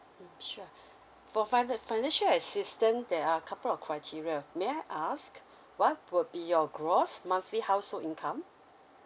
mm sure for fin~ financial assistant there are couple of criteria may I ask what will be your gross monthly household income